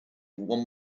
one